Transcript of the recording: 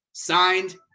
Signed